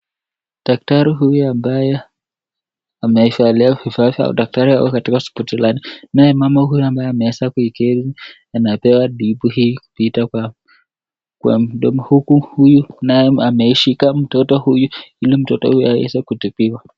Daktari huyu ambaye amevalia vifaa vya udaktari ako katika hospitali. Naye mama huyu ambaye ameweza kuikiri anapewa bipu hii kutoka kwa mdomo. Huku huyu naye ameishika mtoto huyu ili mtoto huyu aweze kutibiwa.